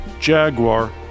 Jaguar